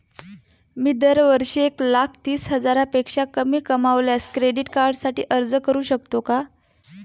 मी दरवर्षी एक लाख तीस हजारापेक्षा कमी कमावल्यास क्रेडिट कार्डसाठी अर्ज करू शकतो का?